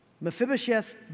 Mephibosheth